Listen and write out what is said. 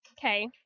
Okay